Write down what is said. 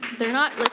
they're not.